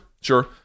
sure